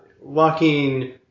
Walking